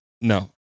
no